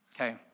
Okay